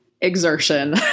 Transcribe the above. exertion